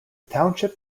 township